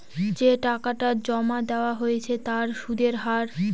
যে টাকাটা জমা দেওয়া হচ্ছে তার সুদের হার